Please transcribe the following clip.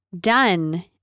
done